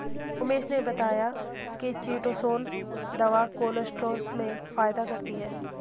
उमेश ने बताया कि चीटोसोंन दवा कोलेस्ट्रॉल में फायदा करती है